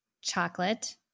chocolate